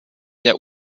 der